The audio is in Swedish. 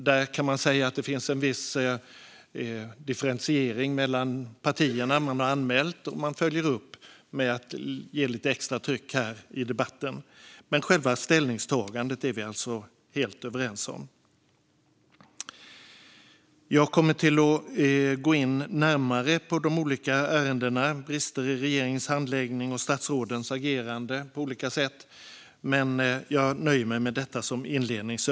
Där kan man säga att det finns en viss differentiering mellan partierna. Man har anmält, och man följer upp med att ge lite extra tryck här i debatten. Men själva ställningstagandet är vi alltså helt överens om. Jag kommer att gå in närmare på de olika ärendena som gäller brister i regeringens handläggning och statsrådens agerande på olika sätt. Men jag nöjer mig med detta som inledning.